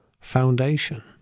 foundation